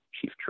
Chief